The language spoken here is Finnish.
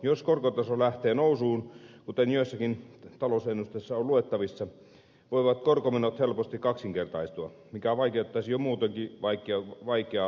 jos korkotaso lähtee nousuun kuten joissakin talousennusteissa on luettavissa voivat korkomenot helposti kaksinkertaistua mikä vaikeuttaisi jo muutenkin vaikeaa talouden hallintaa